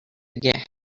get